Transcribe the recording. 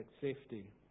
safety